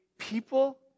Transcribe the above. people